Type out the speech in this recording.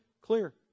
clear